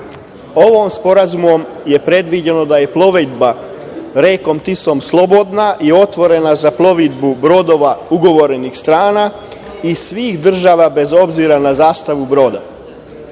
Ovim sporazumom je predviđeno da je plovidba rekom Tisom slobodna i otvorena za plovidbu brodova ugovorenih strana i svih država bez obzira na zastavu